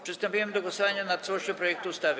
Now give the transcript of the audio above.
Przystępujemy do głosowania nad całością projektu ustawy.